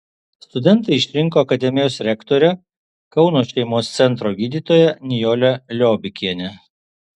studentai išrinko akademijos rektorę kauno šeimos centro gydytoją nijolę liobikienę